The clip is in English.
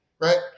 Right